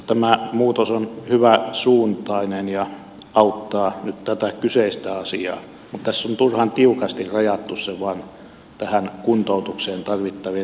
tämä muutos on hyvänsuuntainen ja auttaa nyt tätä kyseistä asiaa mutta tässä on turhan tiukasti rajattu se vain tähän kuntoutukseen tarvittavien tietojen luovuttamiseen